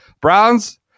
Browns